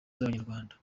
by’abanyarwanda